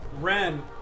Ren